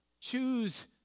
choose